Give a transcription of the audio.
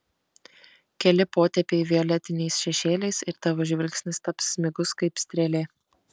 keli potėpiai violetiniais šešėliais ir tavo žvilgsnis taps smigus kaip strėlė